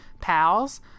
pals